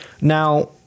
Now